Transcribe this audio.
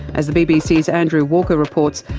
as the bbc's andrew walker reports,